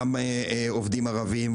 גם עובדים ערבים,